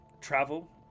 travel